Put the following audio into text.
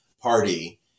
Party